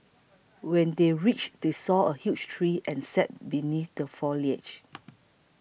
when they reached they saw a huge tree and sat beneath the foliage